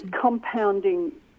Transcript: compounding